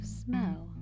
smell